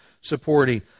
supporting